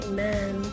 Amen